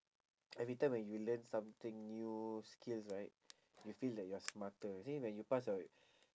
every time when you learn something new skills right you feel like you're smarter see when you pass your